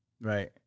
Right